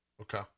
Okay